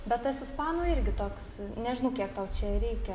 bet tas ispanų irgi toks nežinau kiek tau čia reikia